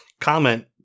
comment